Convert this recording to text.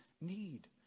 need